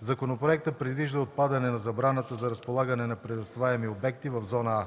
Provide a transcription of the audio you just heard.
Законопроектът предвижда и отпадане на забраната за разполагане на преместваеми обекти в зона „А”.